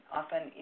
often